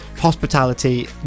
hospitality